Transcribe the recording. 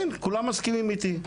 כן, כולם מסכימים איתי.